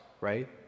right